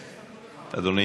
אדוני.